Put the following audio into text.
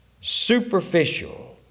superficial